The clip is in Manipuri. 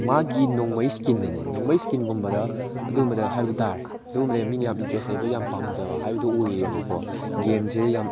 ꯃꯥꯒꯤ ꯅꯣꯡꯃꯩ ꯏꯁꯀꯤꯟꯅꯅꯦ ꯅꯣꯡꯃꯩ ꯏꯁꯀꯤꯟꯒꯨꯝꯕꯗ ꯑꯗꯨꯝꯕꯗ ꯍꯥꯏꯕꯗꯤ ꯇꯥꯔꯦ ꯑꯗꯨꯒꯨꯝꯕꯗ ꯃꯤꯅ ꯌꯥꯝ ꯏꯟꯇꯔꯦꯁ ꯂꯩꯕ ꯌꯥꯝ ꯄꯥꯝꯖꯕ ꯍꯥꯏꯕꯗꯨ ꯑꯣꯏꯔꯦꯕꯀꯣ ꯒꯦꯝꯁꯦ ꯌꯥꯝ